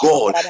God